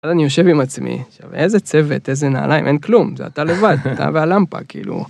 אז אני יושב עם עצמי, ואיזה צוות, איזה נעליים, אין כלום, זה אתה לבד, אתה והלמפה כאילו.